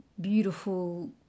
beautiful